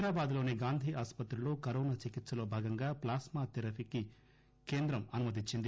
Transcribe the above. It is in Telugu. హైదరాబాద్ లోని గాంధీ ఆస్పత్రిలో కరోనా చికిత్సలో భాగంగా ప్లాస్మా థెరపీకి కేంద్రం అనుమతి ఇచ్చింది